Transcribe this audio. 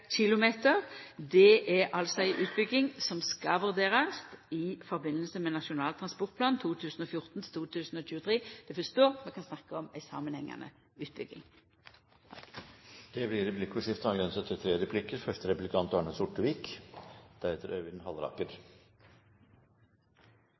Det er altså ei utbygging som skal vurderast i samband med Nasjonal transportplan 2014–2023. Det er fyrst då vi kan snakka om ei samanhengande utbygging. Det blir replikkordskifte. Det bilistene får, er jo anledning til